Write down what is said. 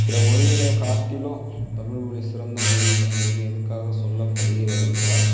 பிற மொழிகளை காட்டிலும் தமிழ்மொழி சிறந்த மொழி அப்படினு எதுக்காக சொல்லப்படுகிறதென்றால்